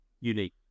unique